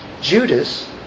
Judas